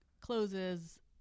closes